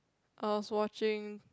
I was watching